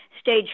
stage